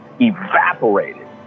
evaporated